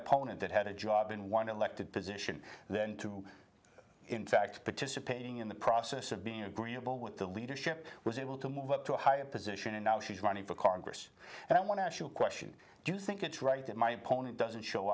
opponent that had a job in one elected position then two in fact participating in the process of being agreeable with the leadership was able to move to a higher position and now she's running for congress and i want to ask you a question do you think it's right that my opponent doesn't show